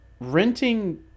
renting